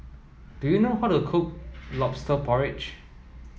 do you know how to cook lobster porridge